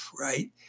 right